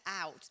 out